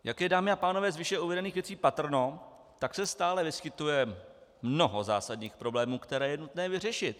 Jak je, dámy a pánové, z uvedených věcí patrno, tak se stále vyskytuje mnoho zásadních problémů, které je nutné vyřešit.